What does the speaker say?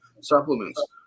supplements